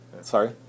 Sorry